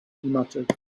muttered